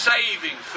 Saving